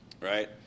right